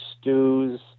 stews